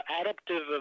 adaptive